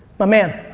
my man?